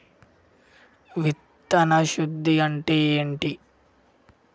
విత్తన శుద్ధి అంటే ఏంటి?